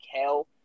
hell